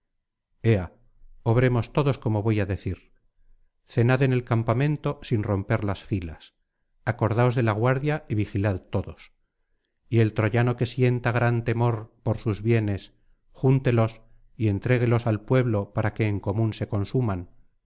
obremos todos como voy á decir cenad en el campamento sin romper las filas acordaos de la guardia y vigilad todos y el troyano que sienta gran temor por sus bienes júntelos y entregúelos al pueblo para que en común se consuman